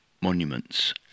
monuments